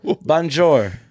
bonjour